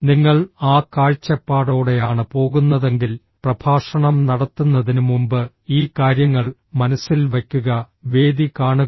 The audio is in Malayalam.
നിങ്ങൾ ആ കാഴ്ചപ്പാടോടെയാണ് പോകുന്നതെങ്കിൽ പ്രഭാഷണം നടത്തുന്നതിന് മുമ്പ് ഈ കാര്യങ്ങൾ മനസ്സിൽ വയ്ക്കുക വേദി കാണുക